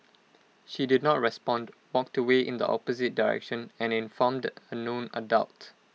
she did not respond walked away in the opposite direction and informed A known adult